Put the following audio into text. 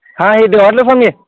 हा हे फोन घे